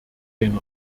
den